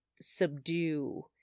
subdue